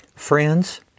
Friends